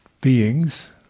beings